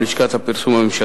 למשפחותיהם.